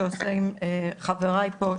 שעושה עם חבריי פה,